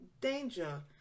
danger